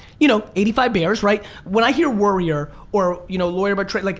you know, eighty five bears right? when i hear worrier or you know lawyer by trade, like